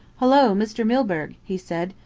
hullo, mr. milburgh! he said.